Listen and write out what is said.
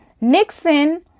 Nixon